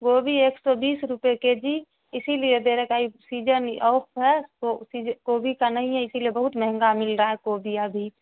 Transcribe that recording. گوبھی ایک سو بیس روپئے کے جی اسی لیے دے رہے ہیں تاکہ سیجن آف ہے تو گوبھی کا نہیں ہے اسی لیے بہت مہنگا مل رہا ہے گوبھی ابھی